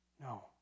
No